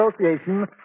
association